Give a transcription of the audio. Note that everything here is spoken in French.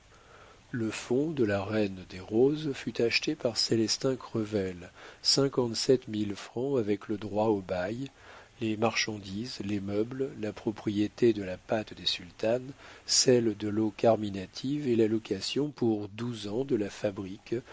le fonds de la reine des roses fut acheté par célestin crevel cinquante-sept mille francs avec le droit au bail les marchandises les meubles la propriété de la pâte des sultanes celle de l'eau carminative et la location pour douze ans de la fabrique